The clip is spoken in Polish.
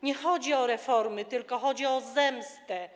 Nie chodzi o reformy, tylko chodzi o zemstę.